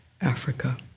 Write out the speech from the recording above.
Africa